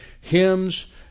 hymns